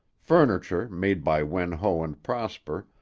furniture made by wen ho and prosper,